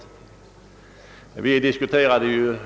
I morse diskuterade vi